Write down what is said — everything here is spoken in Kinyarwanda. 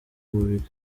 mubiri